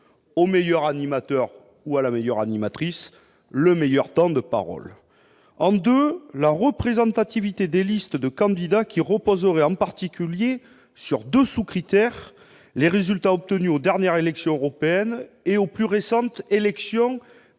au meilleur animateur ou à la meilleure animatrice reviendra le meilleur temps de parole ; la représentativité des listes de candidats, qui reposerait « en particulier » sur deux sous-critères, à savoir les résultats obtenus aux dernières élections européennes et aux plus récentes élections